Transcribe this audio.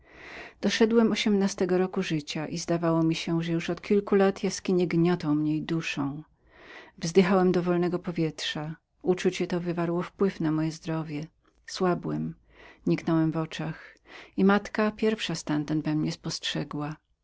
doszedłem ośmnastego roku i zdawało mi się że już od kilku lat jaskinie gniotły mnie i dusiły wzdychałem do wolnego powietrza uczucie to wywarło wpływ na moje zdrowie słabnąłem niknąłem w oczach i moja matka pierwsza stan ten we mnie spostrzegła